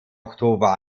oktober